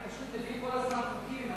פשוט מביאים כל הזמן חוקים,